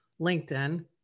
LinkedIn